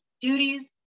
duties